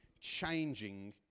changing